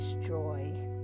joy